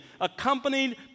accompanied